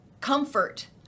comfort